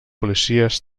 policies